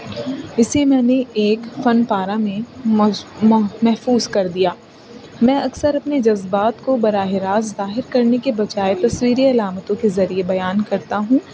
اسے میں نے ایک فن پارہ میں محفوظ کر دیا میں اکثر اپنے جذبات کو براہ راست ظاہر کرنے کے بجائے تصویری علامتوں کے ذریعے بیان کرتا ہوں